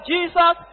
Jesus